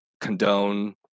condone